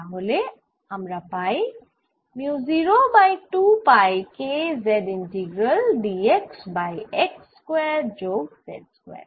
তাহলে আমরা pi mu 0 by 2 pi K z integral dx by x square যোগ z square